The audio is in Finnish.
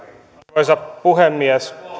arvoisa puhemies